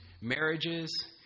marriages